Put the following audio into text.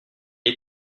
est